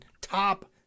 top